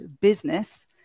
business